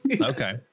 Okay